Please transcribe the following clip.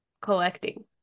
collecting